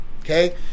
okay